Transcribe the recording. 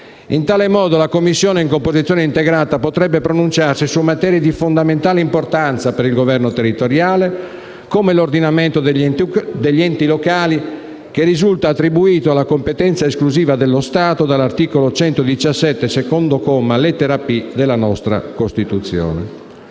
In tal modo la Commissione in composizione integrata potrebbe pronunciarsi su materie di fondamentale importanza per il governo territoriale, come l'ordinamento degli enti locali, che risulta attribuito alla competenza esclusiva dello Stato dall'articolo 117, secondo comma, lettera *p)*, della nostra Costituzione.